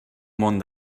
món